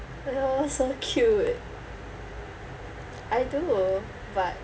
you all so cute I do but